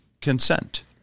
consent